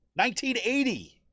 1980